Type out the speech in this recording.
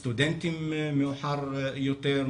סטודנטים מאוחר יותר,